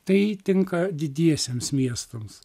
tai tinka didiesiems miestams